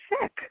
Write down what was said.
sick